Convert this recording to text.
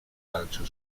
calcio